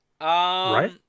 Right